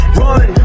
run